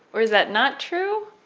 or is that not true?